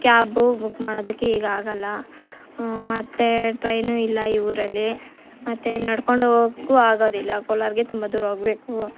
cab book ಮಾಡೋದಕ್ಕೆ ಈಗ ಆಗೊಲ್ಲಾ ಮತ್ತೇ ಟ್ರೈನು ಇಲ್ಲ ಈ ಊರಲ್ಲಿ ಮತ್ತೆ ನಡ್ಕೊಂಡೆ ಹೋಗೋಕು ಆಗೋದಿಲ್ಲ ಕೊಲಾರಿಗೆ ತುಂಬ ದೂರ ಹೋಗ್ಬೇಕು